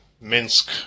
Minsk